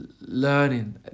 learning